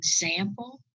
example